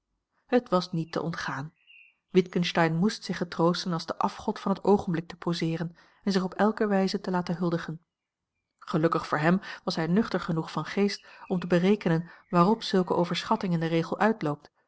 het was niet te ontgaan witgensteyn moest zich getroosten als de afgod van het oogenblik te poseeren en zich op elke wijze te laten huldigen gelukkg voor hem was hij nuchter genoeg van geest om te berekenen waarop zulke overschatting in den regel uitloopt